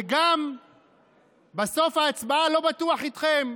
וגם בסוף ההצבעה הם לא בטוח איתכם.